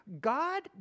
God